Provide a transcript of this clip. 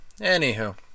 anywho